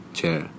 Chair